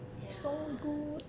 ya